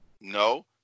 No